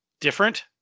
different